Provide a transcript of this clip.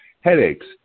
headaches